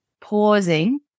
pausing